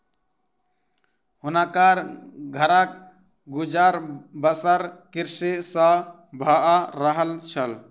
हुनकर घरक गुजर बसर कृषि सॅ भअ रहल छल